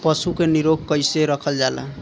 पशु के निरोग कईसे रखल जाला?